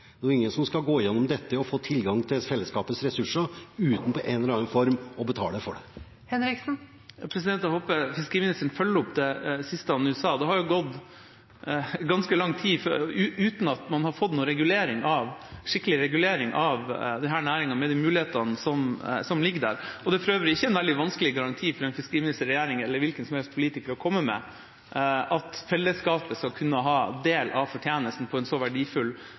Det er ingen som skal gå gjennom dette og få tilgang til fellesskapets ressurser uten i en eller annen form å måtte betale for det. Jeg håper fiskeriministeren følger opp det siste han sa nå. Det har jo gått ganske lang tid uten at man har fått noen skikkelig regulering av denne næringen, med de mulighetene som ligger der. Det er for øvrig ikke en veldig vanskelig garanti for en fiskeriminister, en regjering eller en hvilken som helst politiker å komme med at fellesskapet skal kunne ha en del av fortjenesten av en så verdifull